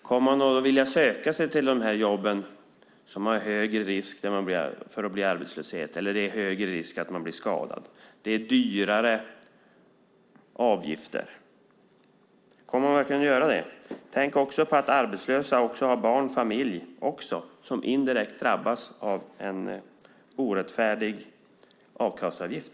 Kommer man att vilja söka sig till jobb där risken för att bli arbetslös eller skadad är högre och där även avgifterna är högre? Kommer man verkligen att göra det? Dessutom drabbas arbetslösas familjer indirekt av en orättfärdig a-kasseavgift.